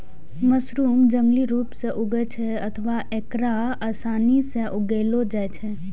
mushroom जंगली रूप सं उगै छै अथवा एकरा आसानी सं उगाएलो जाइ छै